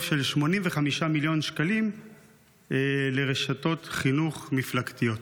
של 85 מיליון ש"ח לרשתות חינוך מפלגתיות?